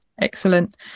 Excellent